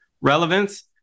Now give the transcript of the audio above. Relevance